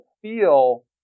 feel